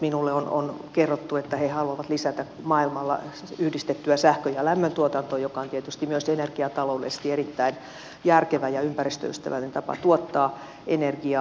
minulle on kerrottu että he haluavat lisätä maailmalla yhdistettyä sähkön ja lämmöntuotantoa joka on tietysti myös energiataloudellisesti erittäin järkevä ja ympäristöystävällinen tapa tuottaa energiaa